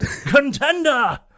Contender